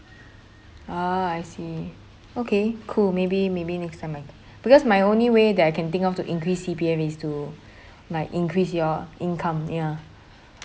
ah I see okay cool maybe maybe next time right because my only way that I can think of to increase C_P_F is to like increase your income ya